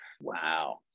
wow